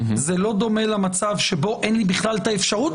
זה לא דומה למצב שבו אין לי בכלל אפשרות